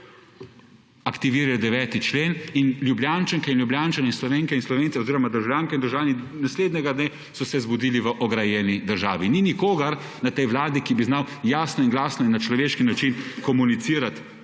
aktivirali 9. člen in Ljubljančanke in Ljubljančani, Slovenke in Slovenci oziroma državljanke in državljani naslednjega dne so se zbudili v ograjeni državi. Ni nikogar na tej Vladi, ki bi znal jasno in glasno in na človeški način komunicirati